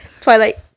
Twilight